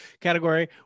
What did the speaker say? category